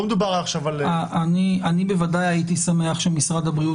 לא מדובר עכשיו --- אני בוודאי הייתי שמח שמשרד הבריאות